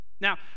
Now